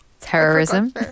Terrorism